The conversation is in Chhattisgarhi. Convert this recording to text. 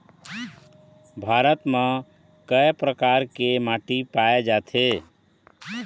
भारत म कय प्रकार के माटी पाए जाथे?